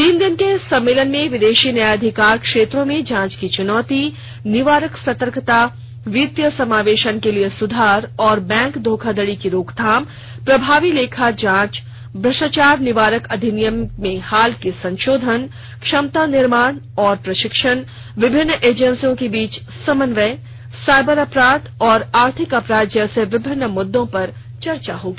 तीन दिन के इस सम्मेलन में विदेशी न्यायाधिकार क्षेत्रों में जांच की चुनौती निवारक सतर्कता वित्तीय समावेशन के लिए सुधार और बैंक धोखाधडी की रोकथाम प्रभावी लेखा जांच भ्रष्टाचार निवारक अधिनियम में हाल के संशोधन क्षमता निर्माण और प्रशिक्षण विभिन्न एजेंसियों के बीच समन्वय साइबर अपराध और आर्थिक अपराध जैसे विभिन्न मुद्दों पर चर्चा होगी